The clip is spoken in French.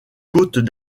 côtes